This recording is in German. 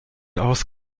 aus